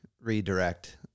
redirect